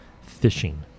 fishing